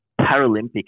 Paralympic